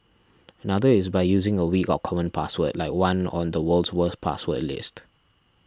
another is by using a weak or common password like one on the world's worst password list